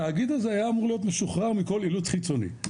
התאגיד הזה היה אמור להיות משוחרר מכל אילוץ חיצוני,